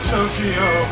Tokyo